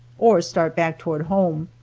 or start back toward home.